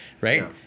right